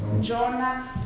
Jonah